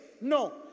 No